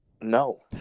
No